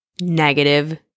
negative